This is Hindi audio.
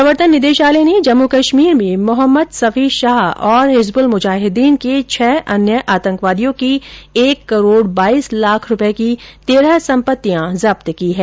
प्रवर्तन निदेशालय ने जम्मू कश्मीर में मोहम्मद सफी शाह और हिजबुल मुजाहिदीन के छह अन्य आतंकवादियों की एक करोड़ बाईस लाख रुपये की तेरह सम्पत्तियों जब्त की हैं